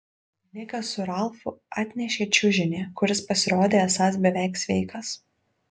nikas su ralfu atnešė čiužinį kuris pasirodė esąs beveik sveikas